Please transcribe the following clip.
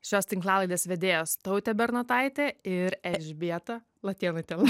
šios tinklalaidės vedėjos tautė bernotaitė ir elžbieta latėnaitė